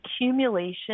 accumulation